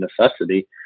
necessity